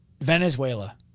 Venezuela